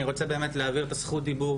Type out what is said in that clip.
אני רוצה באמת להעביר את הזכות דיבור,